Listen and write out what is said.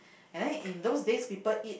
and then in those days people eat